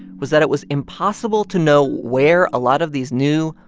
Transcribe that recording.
was that it was impossible to know where a lot of these new,